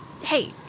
Hey